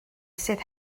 sydd